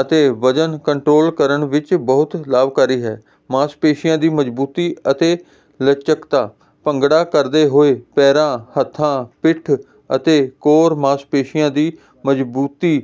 ਅਤੇ ਵਜ਼ਨ ਕੰਟਰੋਲ ਕਰਨ ਵਿੱਚ ਬਹੁਤ ਲਾਭਕਾਰੀ ਹੈ ਮਾਸਪੇਸ਼ੀਆਂ ਦੀ ਮਜ਼ਬੂਤੀ ਅਤੇ ਲਚਕਤਾ ਭੰਗੜਾ ਕਰਦੇ ਹੋਏ ਪੈਰਾਂ ਹੱਥਾਂ ਪਿੱਠ ਅਤੇ ਕੋਰ ਮਾਸਪੇਸ਼ੀਆਂ ਦੀ ਮਜ਼ਬੂਤੀ